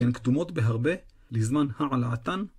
הן כתומות בהרבה, לזמן העלאתן.